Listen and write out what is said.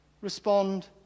respond